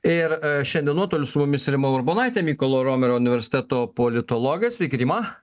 ir šiandien nuotoliu su mumis rima urbonaitė mykolo romerio universiteto politologė sveiki rima